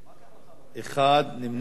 1, נמנע אחד.